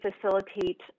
facilitate